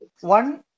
one